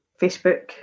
Facebook